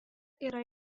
yra